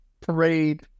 parade